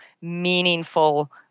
meaningful